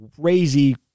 crazy